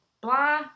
blah